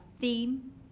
theme